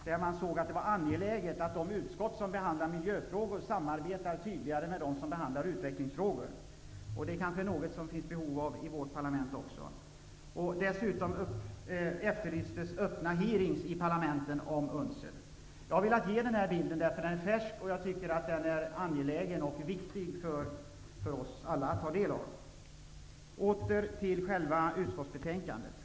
Man menade att det var angeläget att det blev ett tydligare samarbete mellan de utskott som behandlar miljöfrågor och de utskott som behandlar utvecklingsfrågor. Det kanske är något som det finns behov av också i vårt parlament. Dessutom efterlystes öppna utfrågningar i parlamenten om UNCED. Jag har velat ge den här bilden därför att den är färsk och därför att jag tycker att den är angelägen och viktig för oss alla att ta del av. Åter till själva utskottsbetänkandet.